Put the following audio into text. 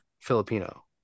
Filipino